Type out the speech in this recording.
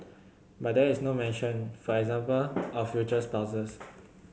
but there is no mention for example of future spouses